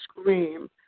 scream